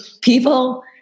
people